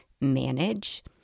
manage